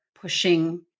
pushing